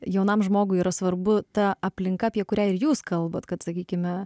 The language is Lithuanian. jaunam žmogui yra svarbu ta aplinka apie kurią ir jūs kalbat kad sakykime